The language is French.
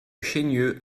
chaigneux